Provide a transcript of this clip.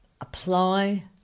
apply